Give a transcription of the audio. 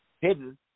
hidden